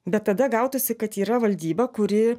bet tada gautųsi kad yra valdyba kuri